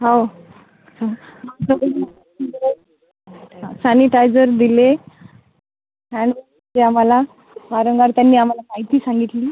हो सॅनिटायजर दिले आणि ते आम्हाला वारंवार त्यांनी आम्हाला माहिती सांगितली